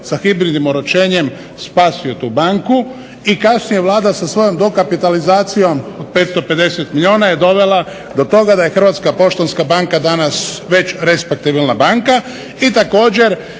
Hrvatska poštanska banka danas već respektabilna banka